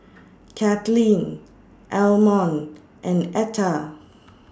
Kathlyn Almon and Etta